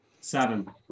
Seven